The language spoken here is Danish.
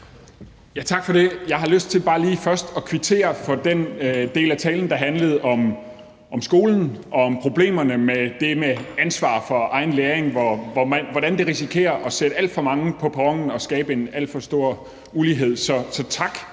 Tak for det. Jeg har lyst til bare lige først at kvittere for den del af talen, der handlede om skolen og om problemerne med det med ansvar for egen læring, og hvordan det risikerer at efterlade alt for mange på perronen og skabe en alt for stor ulighed. Så